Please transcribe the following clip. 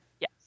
Yes